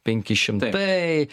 penki šimtai